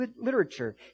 literature